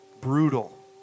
brutal